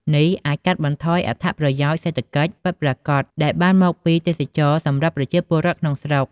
នេះអាចកាត់បន្ថយអត្ថប្រយោជន៍សេដ្ឋកិច្ចពិតប្រាកដដែលបានមកពីទេសចរណ៍សម្រាប់ប្រជាពលរដ្ឋក្នុងស្រុក។